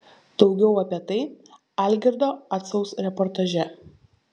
daugiau apie tai algirdo acaus reportaže